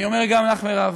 אני אומר גם לך, מרב,